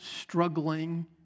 struggling